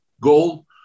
goal